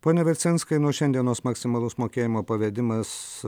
pone vercinskai nuo šiandienos maksimalus mokėjimo pavedimas